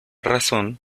razón